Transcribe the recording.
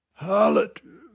Harlot